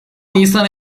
nisan